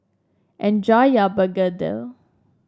enjoy your begedil